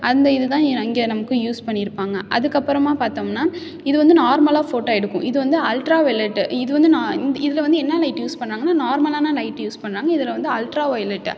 அந்த இது தான் இ இங்கே நமக்கு யூஸ் பண்ணியிருப்பாங்க அதுக்கப்புறமா பார்த்தோம்னா இது வந்து நார்மலாக ஃபோட்டோ எடுக்கும் இது வந்து அல்ட்ரா வொய்லெட்டு இது வந்து நான் இந் இதில் வந்து என்ன லைட் யூஸ் பண்ணாங்கன்னால் நார்மலான லைட் யூஸ் பண்ணாங்க இதில் வந்து அல்ட்ரா வொய்லெட்டு